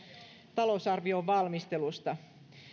talousarvion valmistelusta